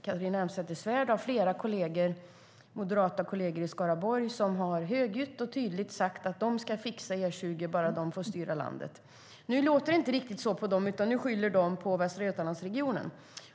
Catharina Elmsäter-Svärd har flera moderata kolleger i Skaraborg som högljutt och tydligt har sagt att de ska fixa E20, bara de får styra landet. Nu låter det inte riktigt så på dem, utan nu skyller de på Västra Götalandsregionen.